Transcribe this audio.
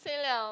say liao